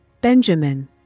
Benjamin